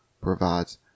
provides